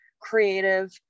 creative